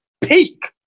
peak